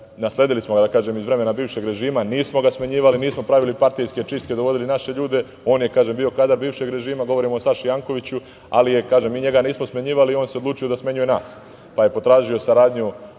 nasledili smo ga iz vremena bivšeg režima, nismo ga smenjivali, nismo pravili partijske čistke, dovodili naše ljude, on je bio kadar bivšeg režima, govorim o Saši Jankoviću, ali mi njega nismo smenjivali, on se odlučio da smenjuje nas, pa je potražio saradnju